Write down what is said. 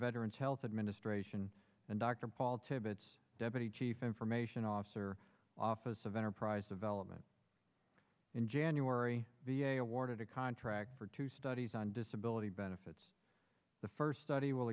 veterans health administration and dr paul tibbets deputy chief information officer office of enterprise development in january v a awarded a contract for two studies on disability benefits the first study will